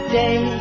day